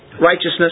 righteousness